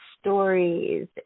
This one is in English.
stories